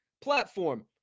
platform